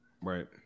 Right